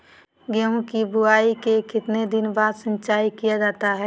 गेंहू की बोआई के कितने दिन बाद सिंचाई किया जाता है?